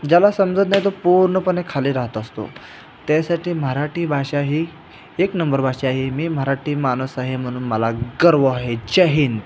ज्याला समजत नाही तो पूर्णपणे खाली राहत असतो त्यासाठी मराठी भाषा ही एक नंबर भाषा आहे मी मराठी माणूस आहे म्हणून मला गर्व आहे जय हिंद